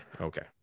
Okay